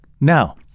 Now